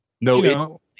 No